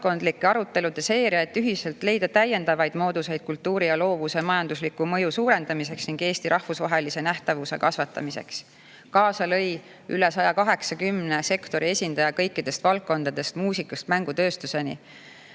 valdkondlike arutelude seeria, et ühiselt leida täiendavaid mooduseid kultuuri ja loovuse majandusliku mõju suurendamiseks ning Eesti rahvusvahelise nähtavuse kasvatamiseks. Kaasa lõi üle 180 sektori esindaja kõikidest valdkondadest, muusikast mängutööstuseni.